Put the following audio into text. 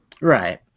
Right